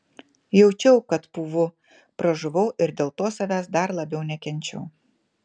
jaučiau kad pūvu pražuvau ir dėl to savęs dar labiau nekenčiau